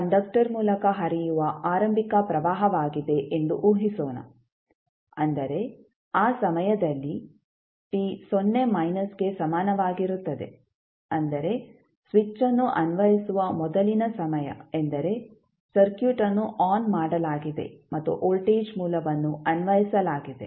conductor ಮೂಲಕ ಹರಿಯುವ ಆರಂಭಿಕ ಪ್ರವಾಹವಾಗಿದೆ ಎಂದು ಊಹಿಸೋಣ ಅಂದರೆ ಆ ಸಮಯದಲ್ಲಿ t ಸೊನ್ನೆ ಮೈನಸ್ಗೆ ಸಮಾನವಾಗಿರುತ್ತದೆ ಅಂದರೆ ಸ್ವಿಚ್ಅನ್ನು ಅನ್ವಯಿಸುವ ಮೊದಲಿನ ಸಮಯ ಎಂದರೆ ಸರ್ಕ್ಯೂಟ್ ಅನ್ನು ಆನ್ ಮಾಡಲಾಗಿದೆ ಮತ್ತು ವೋಲ್ಟೇಜ್ ಮೂಲವನ್ನು ಅನ್ವಯಿಸಲಾಗಿದೆ